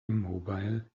immobile